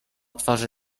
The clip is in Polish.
twarzy